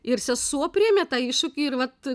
ir sesuo priėmė tą iššūkį ir vat